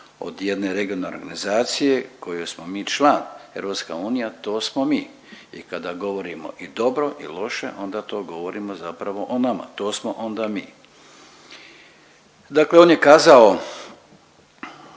od jedne organizacije koje smo mi član, EU to smo mi. I kada govorimo i dobro i loše, onda to govorimo zapravo o nama. To smo onda mi. Dakle, on je kazao,